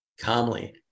calmly